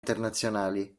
internazionali